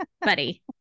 buddy